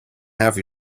have